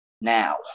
now